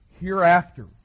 hereafter